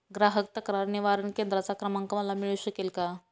ग्राहक तक्रार निवारण केंद्राचा क्रमांक मला मिळू शकेल का?